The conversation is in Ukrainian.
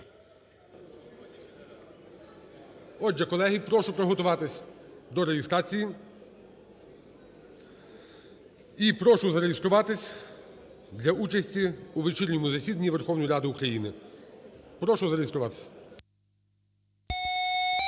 Отже, колеги, прошу приготуватись до реєстрації. І прошу зареєструватись для участі у вечірньому засіданні Верховної Ради України. Прошу зареєструватись.